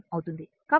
అవుతుంది